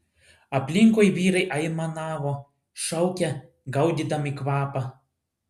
aplinkui vyrai aimanavo šaukė gaudydami kvapą